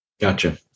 gotcha